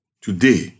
today